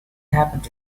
happened